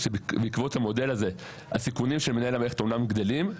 שבעקבות המודל הזה הסיכונים של מנהל המערכת אומנם גדלים,